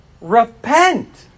Repent